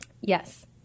Yes